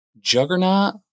Juggernaut